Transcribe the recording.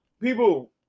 people